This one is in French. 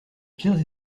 pires